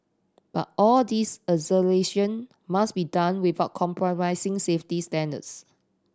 but all this acceleration must be done without compromising safety standards